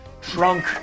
trunk